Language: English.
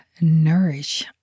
nourish